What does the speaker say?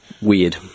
weird